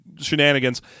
shenanigans